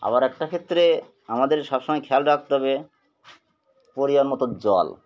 আবার একটা ক্ষেত্রে আমাদের সবসময় খেয়াল রাখতে হবে পরিমাণ মতো জল